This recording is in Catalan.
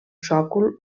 sòcol